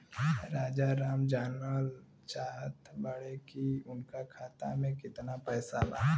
राजाराम जानल चाहत बड़े की उनका खाता में कितना पैसा बा?